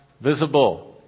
visible